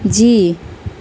جی